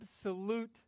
absolute